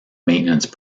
maintenance